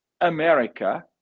America